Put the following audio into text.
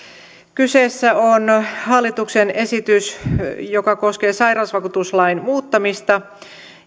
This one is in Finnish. kyseessä on hallituksen esitys joka koskee sairausvakuutuslain muuttamista